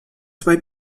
zwei